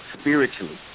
spiritually